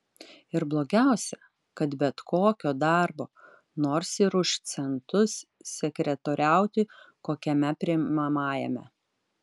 ir blogiausia kad bet kokio darbo nors ir už centus sekretoriauti kokiame priimamajame